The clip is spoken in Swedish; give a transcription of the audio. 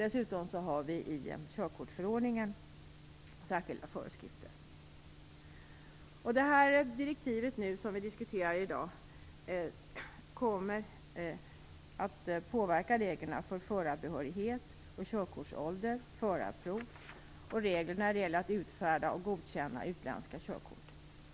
Dessutom har vi i körkortsförordningen särskilda föreskrifter. Det direktiv som vi diskuterar i dag kommer att påverka reglerna för förarbehörighet, körkortsålder, förarprov och för att utfärda och godkänna utländska körkort.